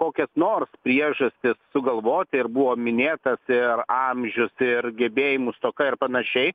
kokias nors priežastis sugalvoti ir buvo minėtas ir amžius ir gebėjimų stoka ir panašiai